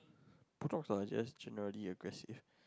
bulldogs are like just generally aggressive